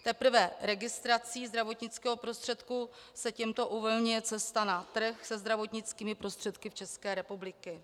Teprve registrací zdravotnického prostředku se těmto uvolňuje cesta na trh se zdravotnickými prostředky České republiky.